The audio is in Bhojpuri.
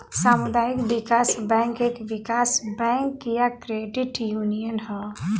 सामुदायिक विकास बैंक एक विकास बैंक या क्रेडिट यूनियन हौ